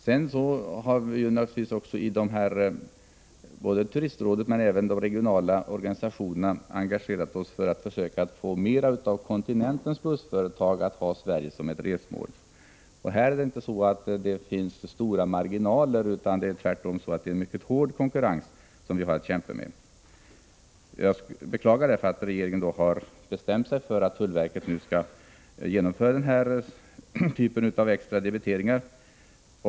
Såväl turistrådet som de regionala organisationerna har engagerat sig för att försöka få fler av kontinentens bussföretag att ha Sverige som ett resmål, och här finns inga stora marginaler, utan det är tvärtom en mycket hård konkurrens som vi har att kämpa med. Jag beklagar därför att regeringen har bestämt sig för att tullverket nu skall göra extra debiteringar.